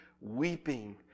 weeping